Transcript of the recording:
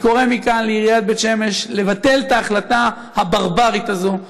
אני קורא מכאן לעיריית בית שמש לבטל את ההחלטה הברברית הזאת,